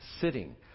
sitting